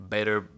Better